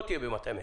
לא תהיה ב-220.